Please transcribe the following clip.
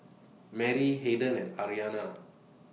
Merry Harden and Ayana